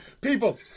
People